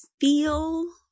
feel